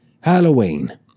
Halloween